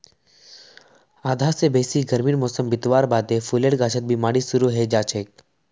आधा स बेसी गर्मीर मौसम बितवार बादे फूलेर गाछत बिमारी शुरू हैं जाछेक